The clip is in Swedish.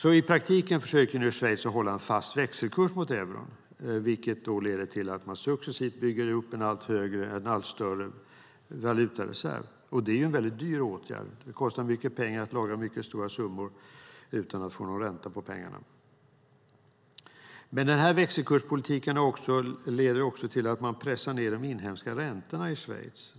I praktiken försöker Schweiz nu hålla en fast växelkurs mot euron, vilket leder till att man successivt bygger upp en allt större valutareserv. Det är en dyr åtgärd. Det kostar mycket pengar att lagra stora summor utan att få någon ränta på pengarna. Den växelkurspolitiken leder också till att man pressar ned de inhemska räntorna i Schweiz.